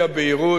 האי-בהירות.